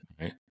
right